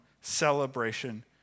celebration